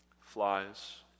Flies